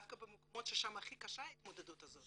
דווקא במקומות שההתמודדות הזאת הכי קשה